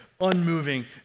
unmoving